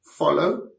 Follow